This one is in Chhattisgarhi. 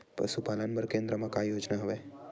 पशुपालन बर केन्द्र म का योजना हवे?